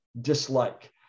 dislike